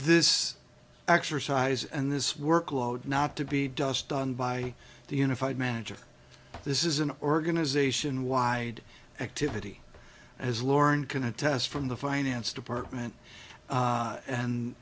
this exercise and this work load not to be dust done by the unified manager this is an organization wide activity as lorne can attest from the finance department